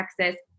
Texas